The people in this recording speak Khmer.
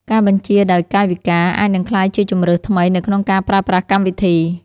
ការបញ្ជាដោយកាយវិការ អាចនឹងក្លាយជាជម្រើសថ្មីនៅក្នុងការប្រើប្រាស់កម្មវិធី។